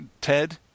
ted